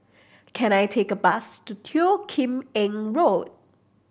can I take a bus to Teo Kim Eng Road